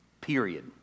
Period